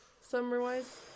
Summer-wise